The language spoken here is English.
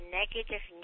negative